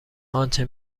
آنچه